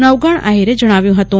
નવઘણ આહિરે જજ્ઞાવ્યું હતું